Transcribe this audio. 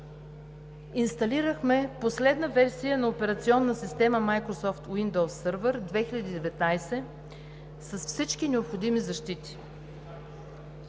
Инсталирахме последна версия на операционна система Microsoft Windows сървър 2019 г. с всички необходими защити.